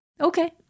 Okay